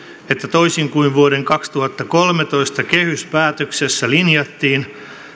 toisin kuin vuoden kaksituhattakolmetoista kehyspäätöksessä linjattiin